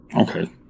okay